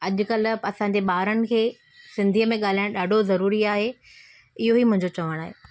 अॼुकल्ह असांजे ॿारनि खे सिंधीअ में ॻाल्हाइणु ॾाढो ज़रूरी आहे इहो ई मुंहिंजो चवणु आहे